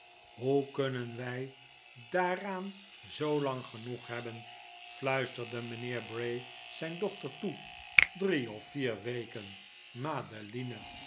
hoe kunnen wij daaraan zoolang genoeg hebben fluisterde mijnheer bray zijn dochter toe drie of vier weken madeline